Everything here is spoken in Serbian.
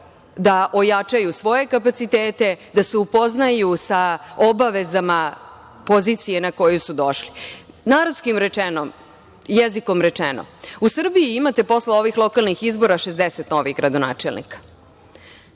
da ojačaju svoje kapacitete, da se upoznaju sa obavezama pozicije na koju su došli. Narodskim jezikom rečeno, u Srbiji imate posle ovih lokalnih izbora 60 novih gradonačelnika,